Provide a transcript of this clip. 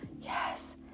yes